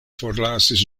forlasis